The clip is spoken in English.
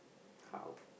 how